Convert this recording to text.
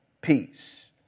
peace